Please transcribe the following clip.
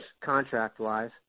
contract-wise